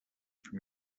from